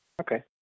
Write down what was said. Okay